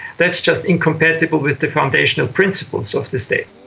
that's just incompatible with the foundation of principles of the state.